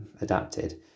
adapted